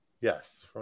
Yes